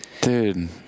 dude